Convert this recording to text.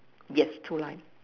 yes two line